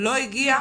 לא הגיע,